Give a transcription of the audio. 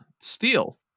steel